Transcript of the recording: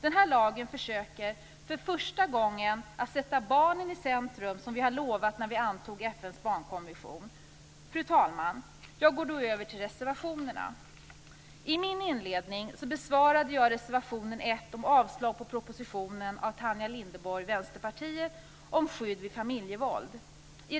Med denna lag försöker vi för första gången sätta barnen i centrum, som vi har lovat när vi antog FN:s barnkonvention. Fru talman! Jag går då över till reservationerna. I min inledning bemötte jag reservation 1 av Tanja Linderborg från Vänsterpartiet om avslag på propositionen när det gäller skydd vid familjevåld.